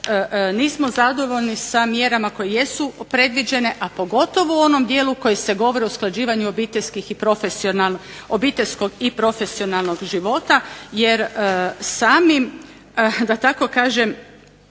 nismo zadovoljni sa mjerama koje jesu predviđene, a pogotovo u onom dijelu koji se govori o usklađivanju obiteljskog i profesionalnog života. Jer samim, da tako kažem,